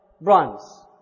bronze